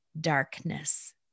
darkness